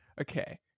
Okay